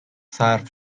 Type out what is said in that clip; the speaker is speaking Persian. صرف